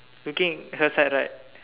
looking her side right